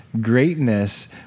greatness